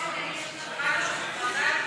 מרצ וקבוצת